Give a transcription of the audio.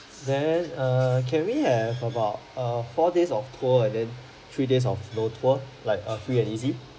then err can we have about err four days of tour and then three days of no tour like err free and easy